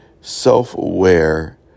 self-aware